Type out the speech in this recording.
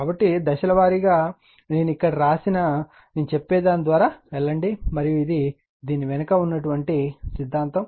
కాబట్టిదశలవారీగా నేను ఇక్కడ వ్రాసిన మరియు నేను చెప్పేదాని ద్వారా వెళ్ళండి మరియు ఇది దీని వెనుక ఉన్న సిద్ధాంతం